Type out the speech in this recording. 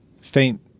faint